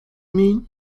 mean